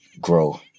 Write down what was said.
grow